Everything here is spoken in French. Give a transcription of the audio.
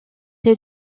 les